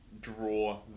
draw